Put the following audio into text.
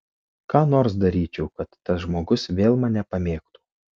ką nors daryčiau kad tas žmogus vėl mane pamėgtų